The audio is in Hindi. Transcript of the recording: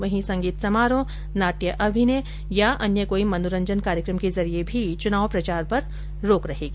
वहीं संगीत समारोह नाट्य अभिनय या अन्य कोई मनोरंजन कायक्रम के जरिये भी च्नाव प्रचार पर रोक रहेगी